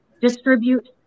distribute